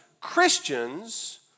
Christians